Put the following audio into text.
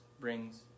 brings